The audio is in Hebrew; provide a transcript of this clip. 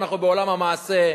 אנחנו בעולם המעשה,